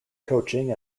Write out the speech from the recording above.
coaching